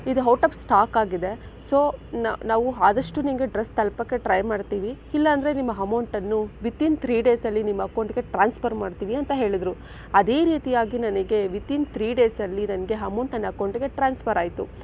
ಇದು out of stock ಆಗಿದೆ so ನಾವು ಆದಷ್ಟು ನಿನಗೆ ಡ್ರೆಸ್ ತಲುಪೋಕೆ ಟ್ರೈ ಮಾಡ್ತೀವಿ ಇಲ್ಲಾಂದ್ರೆ ನಿಮ್ಮ ಅಮೌಂಟನ್ನು ವಿಥಿನ್ ತ್ರಿ ಡೇಸಲ್ಲಿ ನಿಮ್ಮ ಅಕೌಂಟಿಗೆ ಟ್ರಾನ್ಸ್ಫರ್ ಮಾಡ್ತೀವಿ ಅಂತ ಹೇಳಿದರು ಅದೇ ರೀತಿಯಾಗಿ ನನಗೆ ವಿಥಿನ್ ತ್ರಿ ಡೇಸಲ್ಲಿ ನನಗೆ ಅಮೌಂಟ್ ನನ್ನ ಅಕೌಂಟಿಗೆ ಟ್ರಾನ್ಸ್ಫರ್ ಆಯಿತು